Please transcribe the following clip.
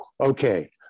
okay